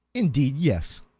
indeed, yes.